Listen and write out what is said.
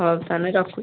ହଉ ତାହେଲେ ରଖୁଛି